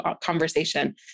conversation